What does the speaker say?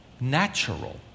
natural